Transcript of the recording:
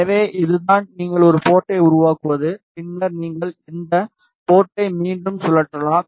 எனவே இதுதான் நீங்கள் ஒரு போர்ட்டை உருவாக்குவது பின்னர் நீங்கள் இந்த போர்ட்டை மீண்டும் சுழற்றலாம்